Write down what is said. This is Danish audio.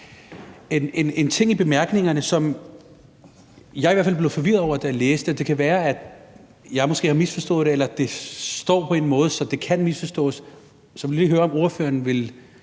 en ting i bemærkningerne, som jeg i hvert fald blev forvirret over, da jeg læste dem, men det kan måske være, at jeg har misforstået det, eller at det står på en måde, så det kan misforstås, så jeg må lige høre, om ordføreren vil